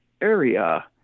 area